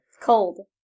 cold